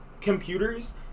computers